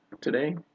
today